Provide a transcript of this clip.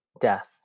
death